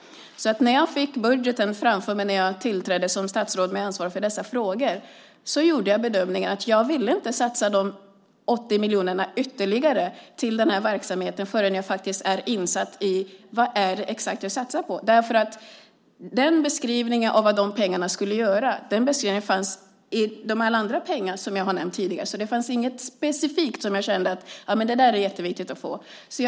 När jag som nytillträtt statsråd med ansvar för dessa frågor fick budgeten framför mig gjorde jag därför bedömningen att jag inte ville satsa dessa ytterligare 80 miljoner på den här verksamheten förrän jag faktiskt var insatt i exakt vad det var jag satsade på. Beskrivningen av vad man skulle göra med pengarna fanns bland alla andra pengar som jag har nämnt tidigare. Det fanns inget specifikt som jag kände att det var jätteviktigt att få pengar till.